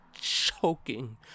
choking